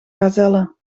gazelle